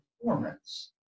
performance